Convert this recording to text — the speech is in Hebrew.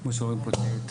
כמו שאמר פה יבגני,